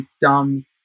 dumb